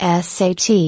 SAT